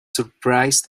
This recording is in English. surprised